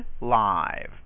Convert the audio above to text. live